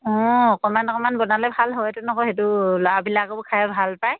অঁ অকণমান অকণমান বনালে ভাল হয়তোন আকৌ সেইটো ল'ৰাবিলাকেও খাই ভাল পায়